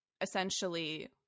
essentially